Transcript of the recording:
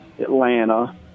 Atlanta